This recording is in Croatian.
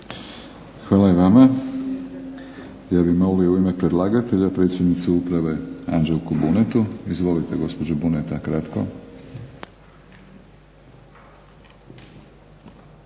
Hvala i vama. Ja bih molio u ime predlagatelja predsjednicu Uprave Anđelku Bunetu. Izvolite gospođo Buneta kratko.